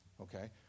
okay